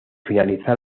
finalizar